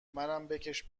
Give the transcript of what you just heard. بکـش